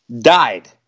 died